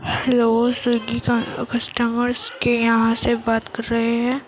hello Swiggy کا customers کے یہاں سے بات کر رہے ہیں